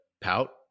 pout